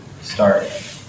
start